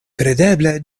kredeble